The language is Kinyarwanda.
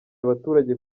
abaturage